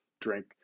drink